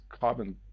carbon